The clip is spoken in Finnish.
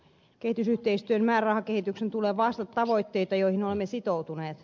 kehitysyhteistyön määrärahakehityksen tulee vastata tavoitteita joihin olemme sitoutuneet